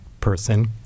person